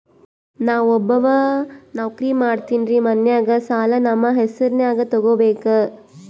ನಾ ಒಬ್ಬವ ನೌಕ್ರಿ ಮಾಡತೆನ್ರಿ ಮನ್ಯಗ ಸಾಲಾ ನಮ್ ಹೆಸ್ರನ್ಯಾಗ ತೊಗೊಬೇಕ?